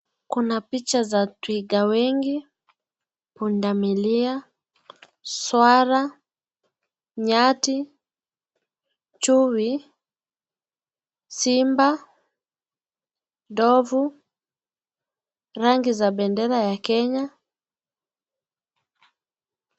Kuna picha za twiga wengi, pundamilia, swara, nyati, chui, simba ,ndovu ,rangi za bendera ya Kenya .